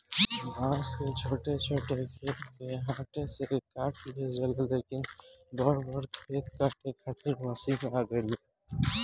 भांग के छोट छोट खेत के हाथे से काट लिहल जाला, लेकिन बड़ बड़ खेत काटे खातिर मशीन आ गईल बा